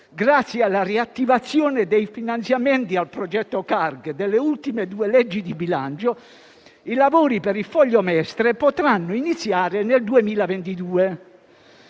grazie alla riattivazione dei finanziamenti al progetto CARG con le ultime due leggi di bilancio, i lavori per il foglio «Mestre» potranno iniziare nel 2022.